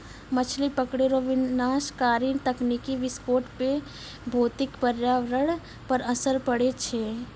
मछली पकड़ै रो विनाशकारी तकनीकी विस्फोट से भौतिक परयावरण पर असर पड़ै छै